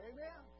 Amen